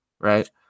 right